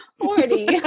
already